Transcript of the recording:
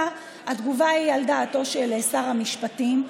התגובה היא על דעתו של שר המשפטים,